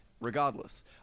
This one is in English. Regardless